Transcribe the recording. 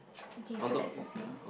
okay so that's the same